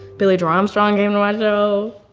billie joe armstrong came to my show.